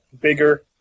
bigger